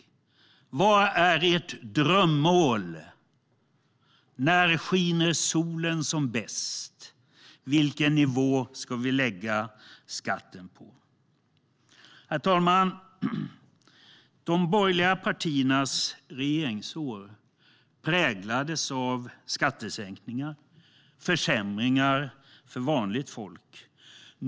Vad är ert drömmål? När skiner solen som bäst? Vilken nivå ska vi lägga skatten på? Herr talman! De borgerliga partiernas regeringsår präglades av skattesänkningar och försämringar för vanligt folk.